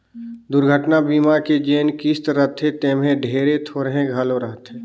दुरघटना बीमा के जेन किस्त रथे तेम्हे ढेरे थोरहें घलो रहथे